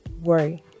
worry